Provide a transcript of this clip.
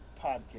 podcast